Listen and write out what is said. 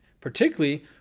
particularly